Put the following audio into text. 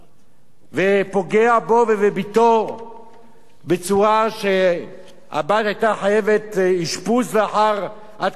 ופוגע בו ובבתו בצורה שהבת היתה חייבת אשפוז לאחר התקיפה הזאת,